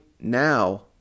now